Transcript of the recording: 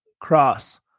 cross